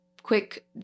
quick